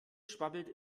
schwabbelt